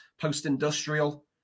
post-industrial